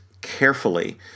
carefully